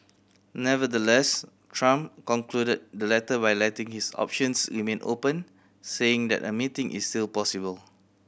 Nevertheless Trump concluded the letter by letting his options remain open saying that a meeting is still possible